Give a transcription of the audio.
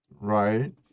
right